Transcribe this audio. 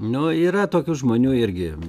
nu yra tokių žmonių irgi